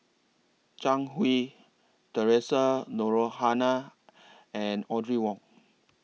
Zhang Hui Theresa Noronha La and Audrey Wong